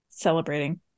celebrating